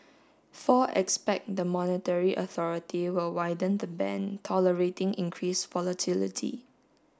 four expect the monetary authority will widen the band tolerating increased volatility